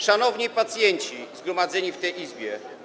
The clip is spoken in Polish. Szanowni pacjenci zgromadzeni w tej Izbie!